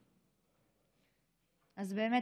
אז באמת,